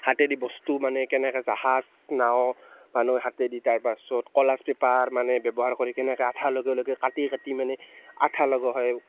হাতে দি বস্তু মানে কেনেকৈ জাহাজ নাও মানুহে হাতেদি তাৰ পাছত কলাজ পেপাৰ মানে ব্যৱহাৰ কৰি কেনেকৈ আঠা লগাই লগাই কাটি কাটি মানে আঠা লগোৱা হয়